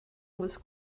was